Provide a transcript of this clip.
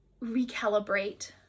recalibrate